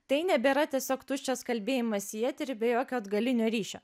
tai nebėra tiesiog tuščias kalbėjimas į eterį ir be jokio atgalinio ryšio